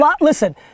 listen